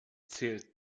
zählt